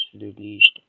released